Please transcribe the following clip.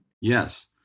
Yes